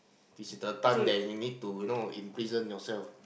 this is the time that you need to you know imprison yourself